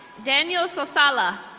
daniel sosala.